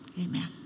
amen